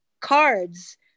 cards